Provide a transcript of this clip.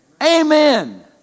Amen